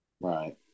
Right